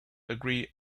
agree